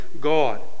God